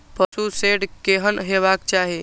पशु शेड केहन हेबाक चाही?